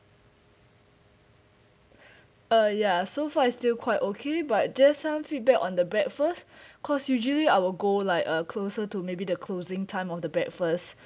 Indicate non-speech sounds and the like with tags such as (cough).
(breath) uh ya so far is still quite okay but just some feedback on the breakfast (breath) cause usually I will go like uh closer to maybe the closing time of the breakfast (breath)